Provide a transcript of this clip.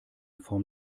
form